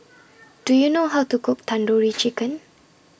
Do YOU know How to Cook Tandoori Chicken